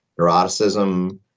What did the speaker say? Neuroticism